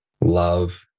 love